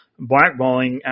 blackballing